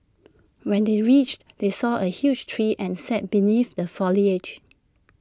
when they reached they saw A huge tree and sat beneath the foliage